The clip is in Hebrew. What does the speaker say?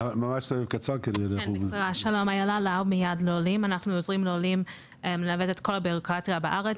אני מ"יד לעולים" אנחנו עוזרים לעולים בכל הבירוקרטיה בארץ